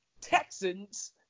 Texans